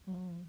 hmm